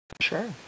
Sure